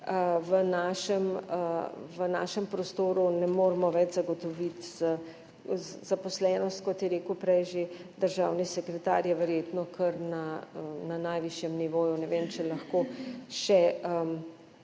v našem prostoru ne moremo več zagotoviti. Zaposlenost, kot je rekel prej že državni sekretar, je verjetno kar na najvišjem nivoju. Ne vem, če lahko še